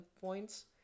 points